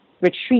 retreat